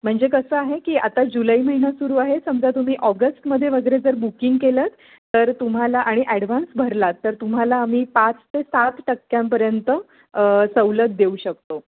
म्हणजे कसं आहे की आता जुलै महिना सुरू आहे समजा तुम्ही ऑगस्टमध्ये वगैरे जर बुकिंग केलं तर तुम्हाला आणि ॲडव्हान्स भरलात तर तुम्हाला आम्ही पाच ते सात टक्क्यांपर्यंत सवलत देऊ शकतो